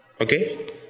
Okay